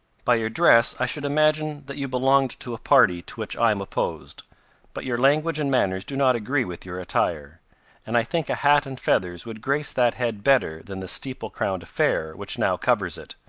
by your dress i should imagine that you belonged to a party to which i am opposed but your language and manners do not agree with your attire and i think a hat and feathers would grace that head better than the steeple-crowned affair which now covers it.